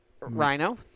Rhino